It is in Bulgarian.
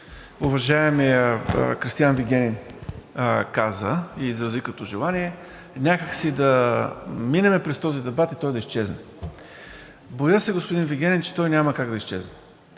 уважаемият Кристиан Вигенин каза и изрази като желание – някак си да минем през този дебат и той да изчезне. Боя се, господин Вигенин, че той няма как да изчезне,